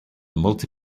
multi